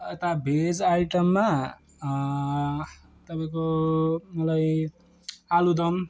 यता भेज आइटममा तपाईँको मलाई आलुदम